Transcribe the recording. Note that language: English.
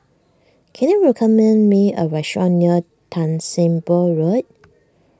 can you recommend me a restaurant near Tan Sim Boh Road